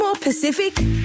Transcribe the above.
Pacific